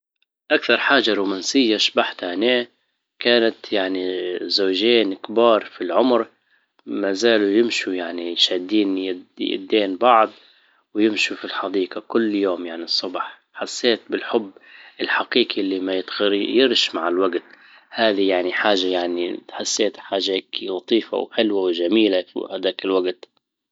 اكثر حاجة رومانسية شبحتها هنا كانت يعني زوجين كبار في العمر ما زالوا يمشوا يعني شادين يدين بعض ويمشوا في الحديقة كل يوم يعني الصبح حسيت بالحب الحقيقي اللي ما يتغيرش مع الوجت هذي يعني حاجه يعني حسيت حاجة هيك لطيفة وحلوة وجميلة فى هداك الوقت